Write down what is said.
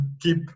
keep